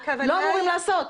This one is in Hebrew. לא אמורים לעשות.